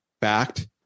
backed